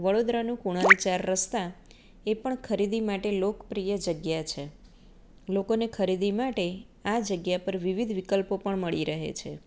વડોદરનું કુણાલ ચાર રસ્તા એ પણ ખરીદી માટે લોકપ્રિય જગ્યા છે લોકોને ખરીદી માટે આ જગ્યા પર વિવિધ વિકલ્પો પણ મળી રહે છે